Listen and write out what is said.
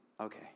Okay